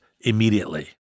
immediately